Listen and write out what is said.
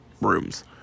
rooms